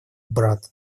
брат